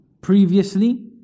previously